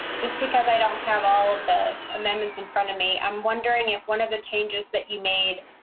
just because they don't have all of the amendments in front of me i'm wondering if one of the changes that you made.